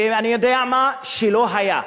ואני יודע מה, שלא היה.